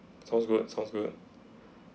sounds good sounds good